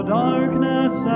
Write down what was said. darkness